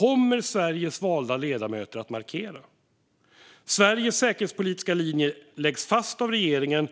kommer Sveriges valda ledamöter att markera. Sveriges säkerhetspolitiska linje läggs fast av regeringen.